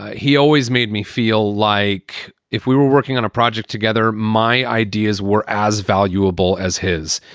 he always made me feel like if we were working on a project together, my ideas were as valuable as his.